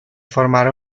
formare